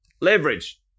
Leverage